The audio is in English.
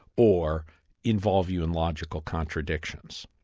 or involving and illogical contradictions.